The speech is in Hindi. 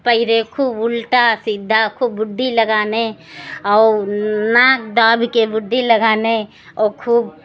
तैरे खूब उल्टा सीधा खूब बुड्डी लगाने और नाक दाबकर बुड्डी लगाने और खूब